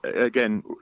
again